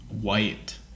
white